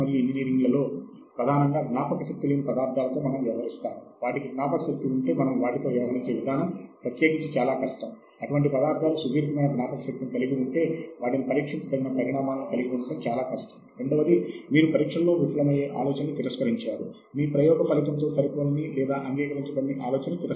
మరియు మరి కొన్నిసార్లు మనకి తెలిసిన సాంకేతిక ప్రక్రియ ఒక కొత్త ప్రాంతములో గల సాహిత్యానికి అత్యంత విలువైన తోడ్పాటుని అందచేయవచ్చు